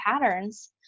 patterns